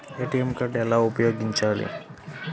ATM card ఎలా ఉపయోగించాలి?